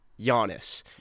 Giannis